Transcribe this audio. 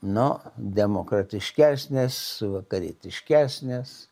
nu demokratiškesnės vakarietiškesnės